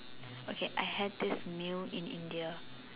okay I had this meal in India